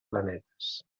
planetes